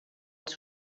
els